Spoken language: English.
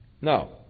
No